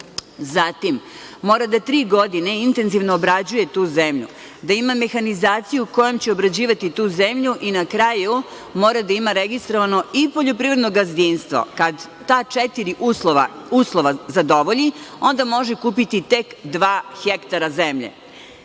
Zatim, mora da tri godine intenzivno obrađuje tu zemlju, da ima mehanizaciju kojom će obrađivati tu zemlju i, na kraju, mora da ima registrovano i poljoprivredno gazdinstvo. Kad ta četiri uslova zadovolji, onda može kupiti tek dva hektara zemlje. Neko